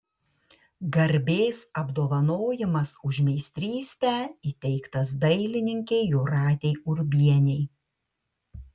garbės apdovanojimas už meistrystę įteiktas dailininkei jūratei urbienei